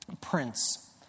Prince